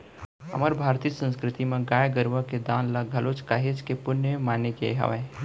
हमर भारतीय संस्कृति म गाय गरुवा के दान ल घलोक काहेच के पुन्य माने गे हावय